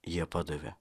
jie padavė